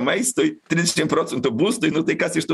maistui trisdešim procentų būstui nu tai kas iš tų